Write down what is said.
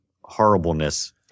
horribleness